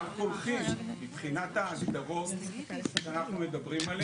לא, מבחינת ההגדרות שאנחנו מדברים עליהם.